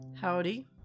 Howdy